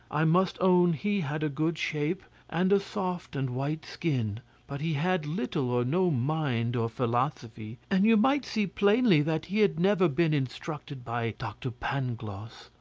i must own he had a good shape, and a soft and white skin but he had little or no mind or philosophy, and you might see plainly that he had never been instructed by doctor pangloss.